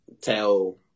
tell